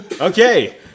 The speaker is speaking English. Okay